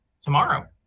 tomorrow